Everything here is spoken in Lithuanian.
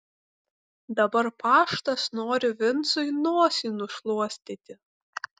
dabar paštas nori vincui nosį nušluostyti